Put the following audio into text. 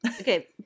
Okay